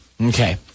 Okay